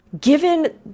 given